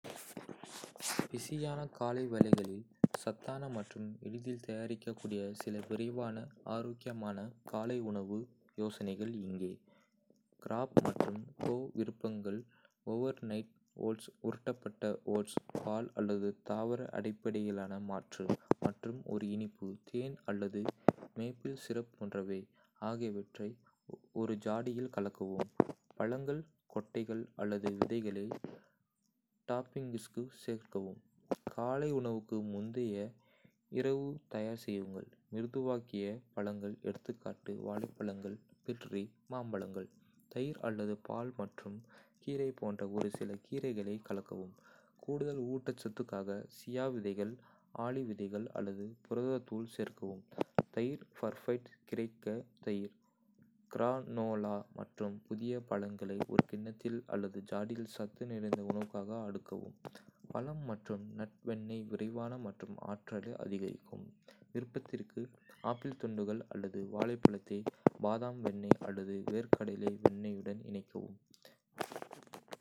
பிஸியான காலை வேளைகளில் சத்தான மற்றும் எளிதில் தயாரிக்கக்கூடிய சில விரைவான, ஆரோக்கியமான காலை உணவு யோசனைகள் இங்கே: கிராப் மற்றும் கோ விருப்பங்கள் ஓவர் நைட் ஓட்ஸ் உருட்டப்பட்ட ஓட்ஸ், பால் அல்லது தாவர அடிப்படையிலான மாற்று, மற்றும் ஒரு இனிப்பு தேன் அல்லது மேப்பிள் சிரப் போன்றவை ஆகியவற்றை ஒரு ஜாடியில் கலக்கவும். பழங்கள், கொட்டைகள் அல்லது விதைகளை டாப்பிங்ஸுக்குச் சேர்க்கவும். காலை உணவுக்கு முந்தைய இரவு தயார் செய்யுங்கள். மிருதுவாக்கிகள் பழங்கள் எ.கா., வாழைப்பழங்கள், பெர்ரி, மாம்பழங்கள், தயிர் அல்லது பால் மற்றும் கீரை போன்ற ஒரு சில கீரைகளை கலக்கவும். கூடுதல் ஊட்டச்சத்துக்காக சியா விதைகள், ஆளிவிதைகள் அல்லது புரத தூள் சேர்க்கவும். தயிர் பர்ஃபைட் கிரேக்க தயிர், கிரானோலா மற்றும் புதிய பழங்களை ஒரு கிண்ணத்தில் அல்லது ஜாடியில் சத்து நிறைந்த உணவுக்காக அடுக்கவும். பழம் மற்றும் நட் வெண்ணெய் விரைவான மற்றும் ஆற்றலை அதிகரிக்கும் விருப்பத்திற்கு, ஆப்பிள் துண்டுகள் அல்லது வாழைப்பழத்தை பாதாம் வெண்ணெய் அல்லது வேர்க்கடலை வெண்ணெய்யுடன் இணைக்கவும்.